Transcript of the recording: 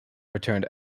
returned